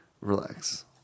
Relax